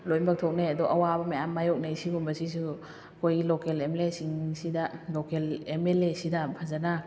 ꯂꯣꯏꯅꯃꯛ ꯊꯣꯛꯅꯩ ꯑꯗꯣ ꯑꯋꯥꯕ ꯃꯌꯥꯝ ꯃꯥꯏꯌꯣꯛꯅꯩ ꯁꯤꯒꯨꯝꯕꯁꯤꯁꯨ ꯑꯩꯈꯣꯏꯒꯤ ꯂꯣꯀꯦꯜ ꯑꯦꯝ ꯑꯦꯜ ꯑꯦ ꯁꯤꯡꯁꯤꯗ ꯂꯣꯀꯦꯜ ꯑꯦꯝ ꯑꯦꯜ ꯑꯦ ꯁꯤꯗ ꯐꯖꯅ